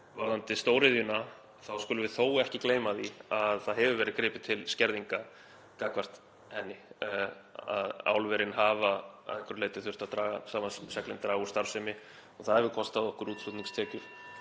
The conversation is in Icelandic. Varðandi stóriðjuna þá skulum við þó ekki gleyma því að það hefur verið gripið til skerðinga gagnvart henni, að álverin hafa að einhverju leyti þurft að draga saman seglin, draga úr starfsemi og það hefur líka kostað okkur útflutningstekjur.